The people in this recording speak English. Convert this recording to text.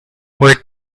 wait